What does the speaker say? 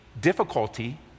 difficulty